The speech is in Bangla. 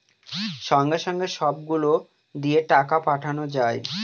সঙ্গে সঙ্গে সব গুলো দিয়ে টাকা পাঠানো যায়